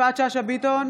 יפעת שאשא ביטון,